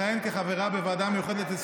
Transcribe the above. איבדתם את זה.